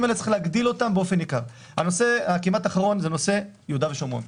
נושא יהודה ושומרון: